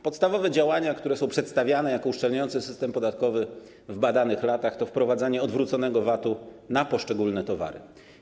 Podstawowe działania, które są przedstawiane jako uszczelniające system podatkowy w badanych latach, to wprowadzenie odwróconego VAT-u na poszczególne towary.